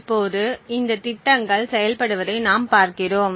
இப்போது இந்த திட்டங்கள் செயல்படுவதை நாம் பார்க்கிறோம்